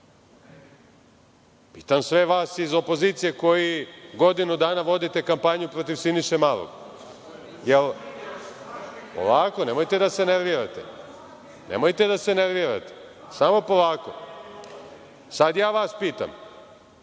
Pitam sve vas iz opozicije koji godinu dana vodite kampanju protiv Sinišu Malog? Polako, nemojte da se nervirate. Samo polako. Sad ja vas pitam